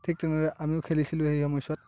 ঠিক তেনেদৰে আমিও খেলিছিলোঁ সেই সময়ছোৱাত